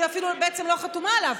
היא אפילו בעצם לא חתומה עליו.